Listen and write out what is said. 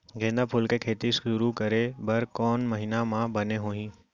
गेंदा फूल के खेती शुरू करे बर कौन महीना मा बने होही?